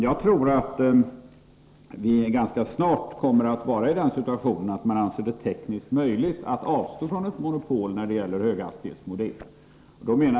Jag tror att vi ganska snart kommer att vara i den situationen att det anses tekniskt möjligt att avstå från monopol när det gäller höghastighetsmodem.